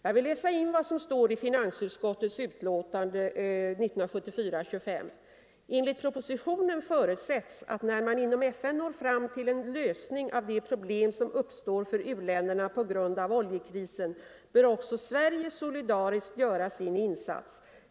Jag vill läsa in vad som står i finansutskottets betänkande nr 25 år 1974: ”Enligt propositionen förutsätts att när man inom FN når fram till en lösning av de problem som uppstår för u-länderna på grund av oljekrisen, bör också Sverige solidariskt göra sin insats.